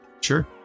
sure